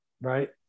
Right